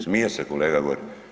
Smije se kolega gori.